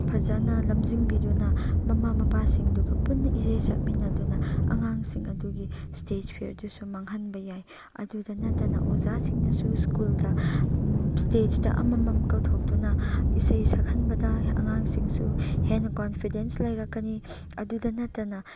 ꯐꯖꯅ ꯂꯝꯖꯤꯡꯕꯤꯗꯨꯅ ꯃꯃꯄꯥ ꯃꯄꯥꯁꯤꯡꯗꯨꯒ ꯄꯨꯟꯅ ꯏꯁꯩ ꯁꯛꯃꯤꯟꯅꯗꯨꯅ ꯑꯉꯥꯡꯁꯤꯡ ꯑꯗꯨꯒꯤ ꯏꯁꯇꯦꯖ ꯐꯤꯌꯔꯗꯨ ꯁꯨꯝ ꯃꯥꯡꯍꯟꯕ ꯌꯥꯏ ꯑꯗꯨꯗ ꯅꯠꯅ ꯑꯣꯖꯥꯁꯤꯡꯅꯁꯨ ꯁ꯭ꯀꯨꯜꯗ ꯏꯁꯇꯦꯖꯇ ꯑꯃꯃꯝ ꯀꯧꯊꯣꯛꯇꯨꯅ ꯏꯁꯩ ꯁꯛꯍꯟꯕꯗ ꯑꯉꯥꯡꯁꯤꯡꯁꯨ ꯍꯦꯟꯅ ꯀꯣꯟꯐꯤꯗꯦꯟꯁ ꯂꯩꯔꯛꯀꯅꯤ ꯑꯗꯨꯗ ꯅꯠꯇꯅ